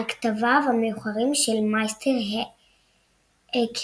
על כתביו המאוחרים של מייסטר אקהרט.